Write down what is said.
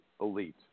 elite